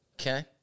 Okay